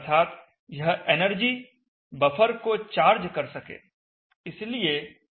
अर्थात यह energy buffer को चार्ज कर सके